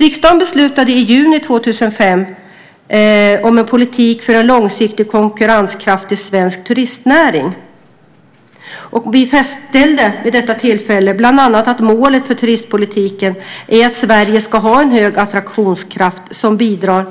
Riksdagen beslutade i juni 2005 om en politik för en långsiktigt konkurrenskraftig svensk turistnäring. Vi fastställde vid detta tillfälle bland annat att målet för turistpolitiken är att Sverige ska ha en hög attraktionskraft som bidrar